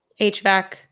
HVAC